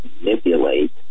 manipulate